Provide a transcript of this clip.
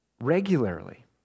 Regularly